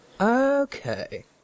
Okay